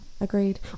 Agreed